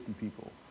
people